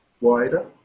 Wider